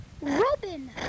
Robin